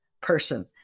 person